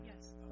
yes